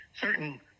certain